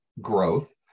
growth